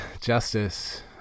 Justice